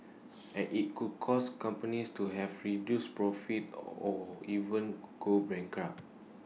and IT could cause companies to have reduced profits or even go bankrupt